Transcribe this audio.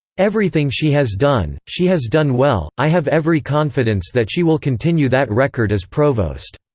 everything she has done, she has done well i have every confidence that she will continue that record as provost.